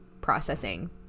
processing